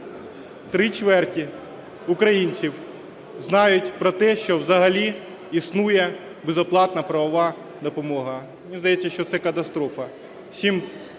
три чверті українців знають про те, що взагалі існує безоплатна правова допомога. Мені здається, що це катастрофа.